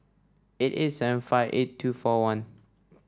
eight eight seven five eight two four one